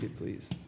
please